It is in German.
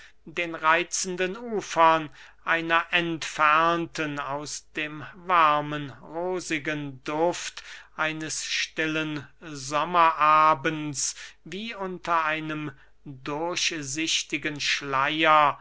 den reitzenden ufern einer entfernten aus dem warmen rosigen duft eines stillen sommerabends wie unter einem durchsichtigen schleyer